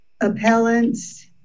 Appellants